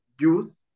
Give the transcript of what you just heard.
youth